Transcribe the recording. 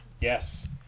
Yes